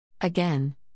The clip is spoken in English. Again